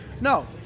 No